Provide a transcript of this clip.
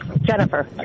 Jennifer